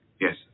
Yes